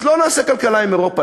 אז לא נעשה כלכלה עם אירופה,